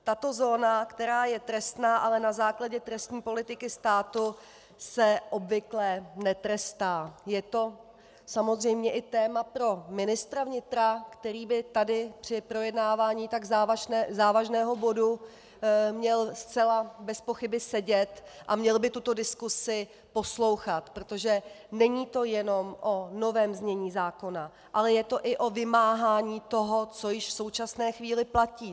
Tato zóna, která je trestná, ale na základě trestní politiky státu se obvykle netrestá, je to samozřejmě i téma pro ministra vnitra, který by tady při projednávání tak závažného bodu měl zcela bezpochyby sedět a měl by tuto diskusi poslouchat, protože to není jenom o novém znění zákona, ale je to i o vymáhání toho, co již v současné chvíli platí.